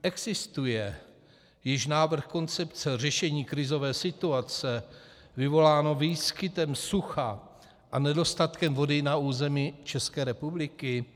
Existuje již návrh koncepce řešení krizové situace, vyvolané výskytem sucha a nedostatkem vody na území České republiky?